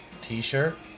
T-shirt